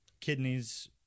kidneys